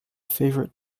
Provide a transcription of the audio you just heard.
favorite